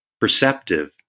perceptive